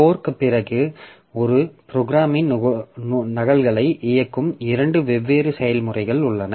ஃபோர்க்ப் பிறகு ஒரே ப்ரோக்ராமின் நகல்களை இயக்கும் இரண்டு வெவ்வேறு செயல்முறைகள் உள்ளன